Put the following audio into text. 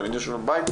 תלמידים יישבו בבית,